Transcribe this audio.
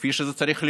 כפי שזה צריך להיות.